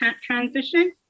transition